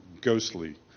ghostly